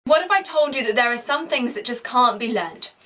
what if i told you that there are some things that just can't be learnt?